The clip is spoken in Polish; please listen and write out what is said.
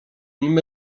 nim